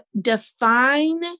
define